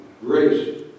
Grace